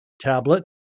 tablet